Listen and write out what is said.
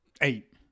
Eight